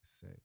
say